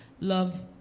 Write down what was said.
love